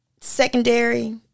secondary